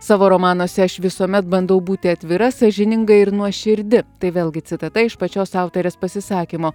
savo romanuose aš visuomet bandau būti atvira sąžininga ir nuoširdi tai vėlgi citata iš pačios autorės pasisakymų